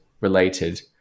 related